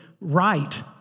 right